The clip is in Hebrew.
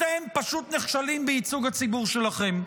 אתם פשוט נכשלים בייצוג הציבור שלכם.